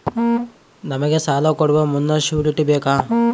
ನಮಗೆ ಸಾಲ ಕೊಡುವ ಮುನ್ನ ಶ್ಯೂರುಟಿ ಬೇಕಾ?